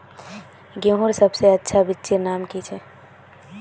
गेहूँर सबसे अच्छा बिच्चीर नाम की छे?